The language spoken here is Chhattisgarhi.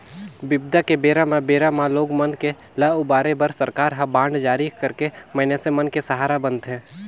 बिबदा के बेरा म बेरा म लोग मन के ल उबारे बर सरकार ह बांड जारी करके मइनसे मन के सहारा बनथे